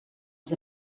els